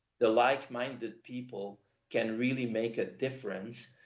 the like-minded people can really make a difference,